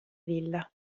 villa